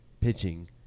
pitching